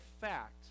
fact